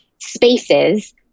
spaces